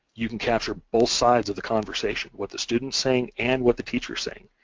you can capture both sides of the conversation, what the student's saying and what the teacher's saying,